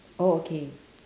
oh okay